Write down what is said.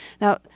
Now